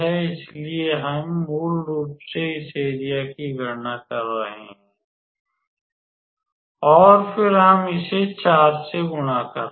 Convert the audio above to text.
इसलिए हम मूल रूप से इस एरिया की गणना कर रहे हैं और फिर हम इसे 4 से गुणा कर रहे हैं